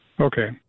Okay